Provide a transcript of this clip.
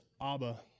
Abba